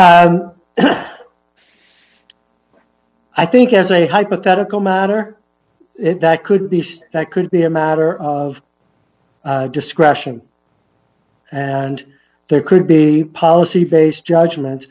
i think as a hypothetical matter that could at least that could be a matter of discretion and there could be policy based judgement